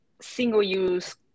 single-use